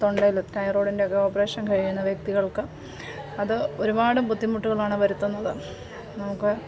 തൊണ്ടയിൽ തൈറോയിഡിന്റെ ഒക്കെ ഓപ്പറേഷൻ കഴിയുന്ന വ്യക്തികൾക്ക് അത് ഒരുപാട് ബുദ്ധിമുട്ടുകളാണ് വരുത്തുന്നത് നമുക്ക്